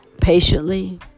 patiently